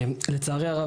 לצערי הרב,